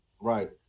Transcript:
right